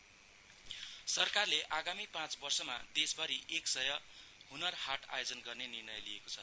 ह्नर हाट सरकारले आगामी पाँच वर्षमा देशभरी एकसय ह्नर हाट आयोजन गर्ने निर्णय लिएको छ